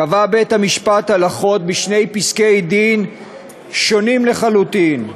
קבע בית-המשפט הלכות בשני פסקי-דין שונים לחלוטין,